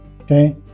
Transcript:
okay